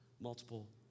multiple